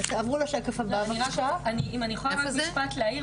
אם אני יכולה רק להעיר,